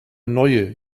neue